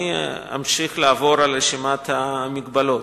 אני אמשיך לעבור על רשימת המגבלות.